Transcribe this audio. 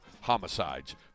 homicides